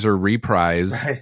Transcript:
reprise